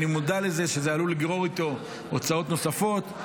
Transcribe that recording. אני מודע לכך שזה עלול לגרור הוצאות נוספות,